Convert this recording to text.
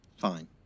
Fine